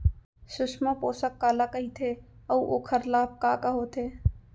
सुषमा पोसक काला कइथे अऊ ओखर लाभ का का होथे?